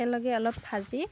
একেলগে অলপ ভাজি